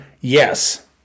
Yes